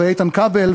ואיתן כבל?